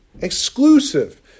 exclusive